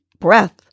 breath